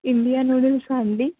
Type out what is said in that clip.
India నూడిల్సా అండి